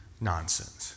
nonsense